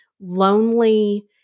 lonely